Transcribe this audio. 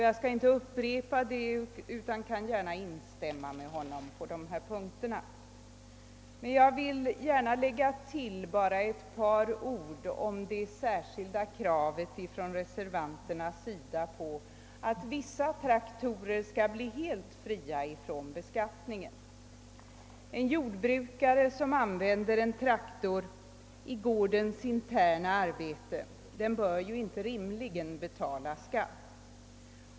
Jag skall inte upprepa det, utan jag skall bara instämma med honom på de punkterna, men jag vill gärna tillägga ett par ord om reservanternas särskilda krav på att vissa traktorer skall bli helt fria från beskattning. En jordbrukare som använder en traktor i gårdens interna arbete bör inte rimligen betala skatt för den.